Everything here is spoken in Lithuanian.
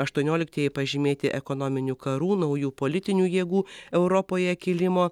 aštuonioliktieji pažymėti ekonominių karų naujų politinių jėgų europoje kilimo